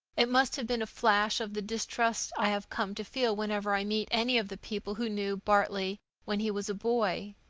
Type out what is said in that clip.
it must have been a flash of the distrust i have come to feel whenever i meet any of the people who knew bartley when he was a boy.